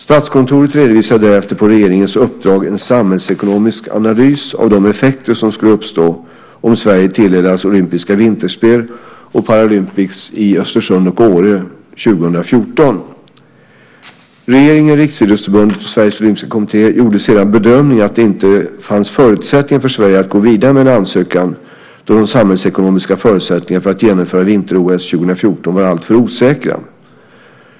Statskontoret redovisade därefter på regeringens uppdrag en samhällsekonomisk analys av de effekter som skulle uppstå om Sverige hade tilldelats olympiska vinterspel och Paralympics i Östersund och Åre 2014. Regeringen, Riksidrottsförbundet och Sveriges Olympiska Kommitté gjorde sedan en bedömning att det inte fanns förutsättningar för Sverige att gå vidare med en ansökan då de samhällsekonomiska förutsättningarna för att genomföra vinter-OS 2014 var alltför osäkra.